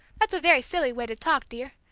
that's a very silly way to talk, dear!